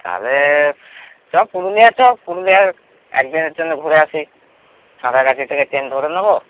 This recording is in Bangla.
তাহলে চ পুরুলিয়া চ পুরুলিয়ায় এক দিনের জন্য ঘুরে আসি সাঁতরাগাছি থেকে ট্রেন ধরে নেবো